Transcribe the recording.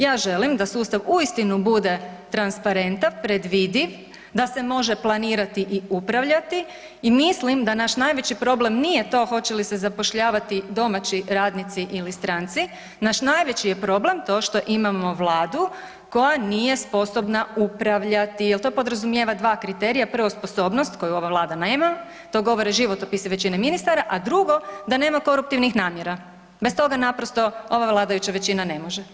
Ja želim da sustav uistinu bude transparentan, predvidiv, da se može planirati i upravljati i mislim da naš najveći problem nije to hoće li se zapošljavati domaći radnici ili stranci, naš najveći je problem to što imamo vladu koja nije sposobna upravljati jel to podrazumijeva dva kriterija, prvo sposobnost koju ova vlada nema, to govore životopisi većine ministara, a drugo da nema koruptivnih namjera, bez toga naprosto ova vladajuća većina ne može.